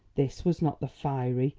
this was not the fiery,